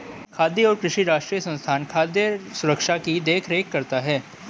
खाद्य और कृषि राष्ट्रीय संस्थान खाद्य सुरक्षा की देख रेख करता है